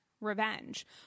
revenge